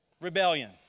Rebellion